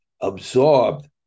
absorbed